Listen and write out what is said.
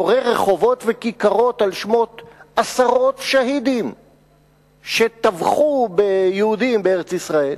קורא רחובות וכיכרות על שמות עשרות שהידים שטבחו ביהודים בארץ-ישראל,